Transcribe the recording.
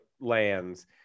lands